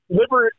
liver